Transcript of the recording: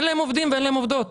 אין להן עובדים ואין להם עובדות.